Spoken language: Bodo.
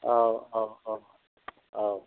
ओ औ औ औ